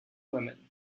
women